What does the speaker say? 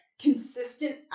consistent